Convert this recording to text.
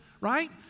right